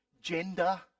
gender